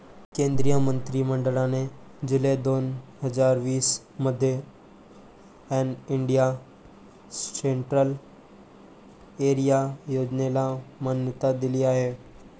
केंद्रीय मंत्रि मंडळाने जुलै दोन हजार वीस मध्ये ऑल इंडिया सेंट्रल एरिया योजनेला मान्यता दिली आहे